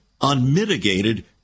unmitigated